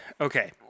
Okay